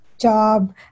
job